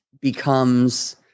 becomes